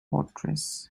fortress